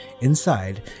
Inside